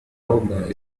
أربع